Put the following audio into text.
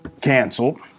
canceled